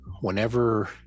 whenever